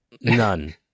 None